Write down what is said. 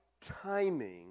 timing